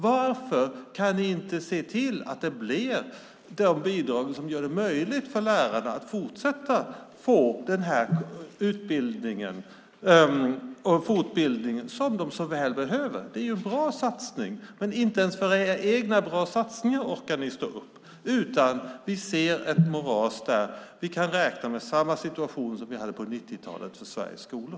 Varför kan ni inte se till att ge bidrag som gör det möjligt för lärarna att fortsätta att få den utbildning och fortbildning som de så väl behöver? Det är en bra satsning. Inte ens era egna bra satsningar orkar ni stå upp för, utan vi ser ett moras. Vi kan räkna med liknande situation som vi hade under 90-talet på Sveriges skolor.